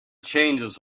changes